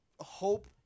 hope